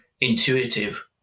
intuitive